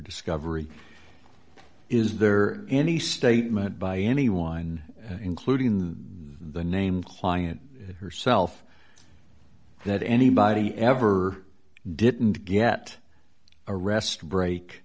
discovery is there any statement by anyone including the name client herself that anybody ever didn't get a rest break